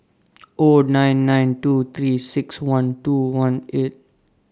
O nine nine two three six one two one eight